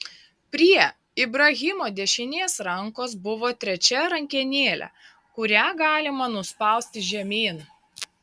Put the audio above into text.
prie ibrahimo dešinės rankos buvo trečia rankenėlė kurią galima nuspausti žemyn